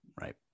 Right